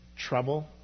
trouble